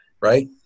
right